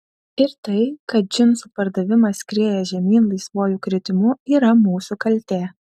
ir tai kad džinsų pardavimas skrieja žemyn laisvuoju kritimu yra mūsų kaltė